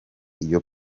iyo